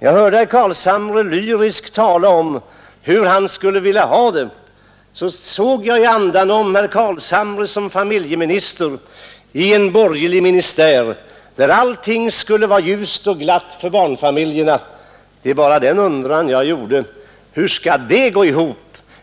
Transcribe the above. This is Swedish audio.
Då jag hörde herr Carlshamre lyriskt tala om hur han skulle vilja ha det såg jag i andanom herr Carlshamre som familjeminister i en borgerlig ministär, där allting skulle vara ljust och glatt för barnfamiljerna. Det enda jag undrade var: Hur skall det gå ihop